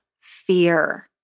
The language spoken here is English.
fear